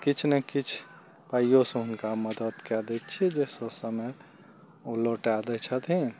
किछु ने किछु पाइयो सँ हुनका मदद कए दै छियै जे सऽ समय पर ओ लौटा दै छथिन